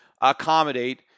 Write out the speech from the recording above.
accommodate